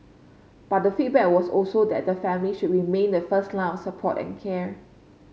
but the feedback was also that the family should remain the first line of support and care